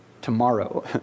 tomorrow